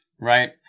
right